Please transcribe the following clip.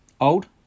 Old